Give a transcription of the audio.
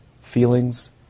feelings